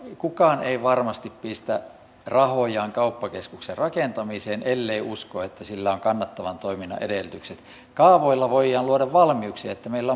kukaan ei varmasti pistä rahojaan kauppakeskuksen rakentamiseen ellei usko että sillä on kannattavan toiminnan edellytykset kaavoilla voidaan luoda valmiuksia että meillä